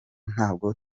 ntabwo